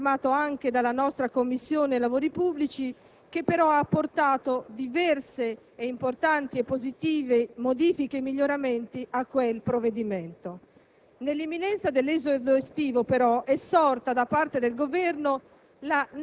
un testo ampio, sostanzialmente e di fatto confermato anche dalla nostra Commissione lavori pubblici, che però ha apportato diversi, importanti e positivi modifiche e miglioramenti a quel provvedimento.